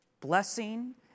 blessing